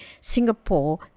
Singapore